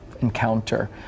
encounter